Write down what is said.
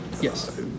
Yes